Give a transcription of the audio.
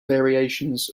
variations